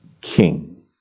king